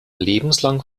lebenslang